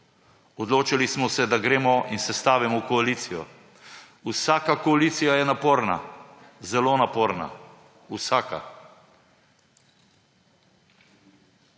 Odločili smo se, da gremo in sestavimo koalicijo. Vsaka koalicija je naporna, zelo naporna, vsaka.